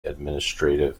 administrative